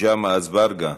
ג'מעה אזברגה,